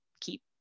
keep